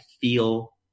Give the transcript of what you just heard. feel